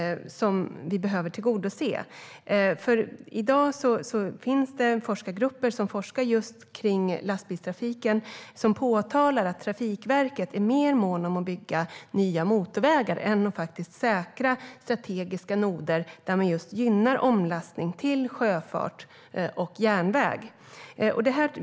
Det finns forskargrupper som forskar på just lastbilstrafik. De påtalar att man på Trafikverket är mer mån om att bygga nya motorvägar än att säkra strategiska noder där omlastning till sjöfart och järnväg gynnas.